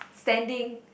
standing